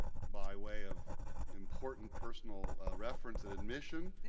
by way of important personal reference and admission,